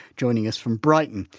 joining us from brighton.